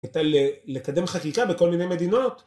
הייתה לקדם חקיקה בכל מיני מדינות